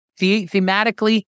Thematically